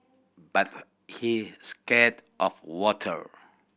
but he scared of water